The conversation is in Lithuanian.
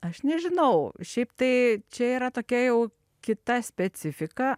aš nežinau šiaip tai čia yra tokia jau kita specifika